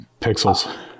pixels